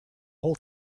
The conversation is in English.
whole